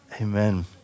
Amen